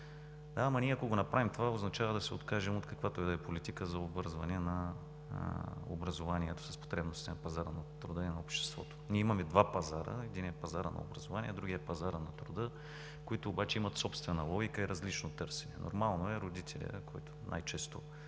Да, но ние, ако направим това, означава да се откажем от каквато и да е политика за обвързване на образованието с потребностите на пазара на труда и на обществото. Ние имаме два пазара – единият е пазарът на образованието, другият е пазарът на труда, които обаче имат собствена логика и различно търсене. Нормално е родителят, който най-често